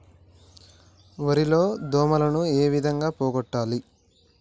వరి లో దోమలని ఏ విధంగా పోగొట్టాలి?